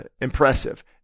impressive